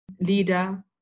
leader